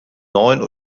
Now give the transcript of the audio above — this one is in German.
neun